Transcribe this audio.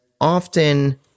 often